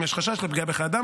אם יש חשש לפגיעה בחיי אדם,